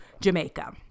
jamaica